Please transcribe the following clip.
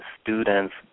students